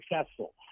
successful